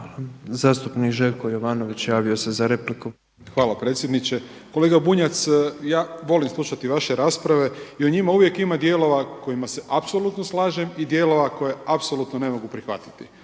za repliku. **Jovanović, Željko (SDP)** Hvala predsjedniče. Kolega Bunjac, ja volim slušati vaše rasprave i u njima uvijek ima dijelova kojima se apsolutno slažem i dijelova koje apsolutno ne mogu prihvatiti.